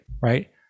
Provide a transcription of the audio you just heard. Right